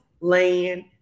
land